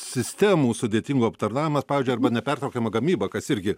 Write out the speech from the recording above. sistemų sudėtingų aptarnavimas pavyzdžiui arba nepertraukiama gamyba kas irgi